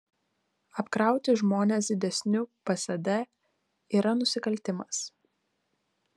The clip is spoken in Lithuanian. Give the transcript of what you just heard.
apkrauti žmones didesniu psd yra nusikaltimas